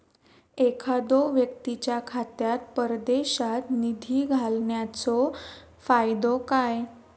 एखादो व्यक्तीच्या खात्यात परदेशात निधी घालन्याचो फायदो काय?